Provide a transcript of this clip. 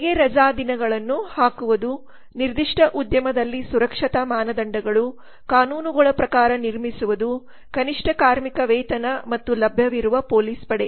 ತೆರಿಗೆ ರಜಾದಿನಗಳನ್ನು ಹಾಕುವುದು ನಿರ್ದಿಷ್ಟ ಉದ್ಯಮದಲ್ಲಿ ಸುರಕ್ಷತಾ ಮಾನದಂಡಗಳು ಕಾನೂನುಗಳ ಪ್ರಕಾರ ನಿರ್ಮಿಸುವುದು ಕನಿಷ್ಠ ಕಾರ್ಮಿಕ ವೇತನ ಮತ್ತು ಲಭ್ಯವಿರುವ ಪೊಲೀಸ್ ಪಡೆ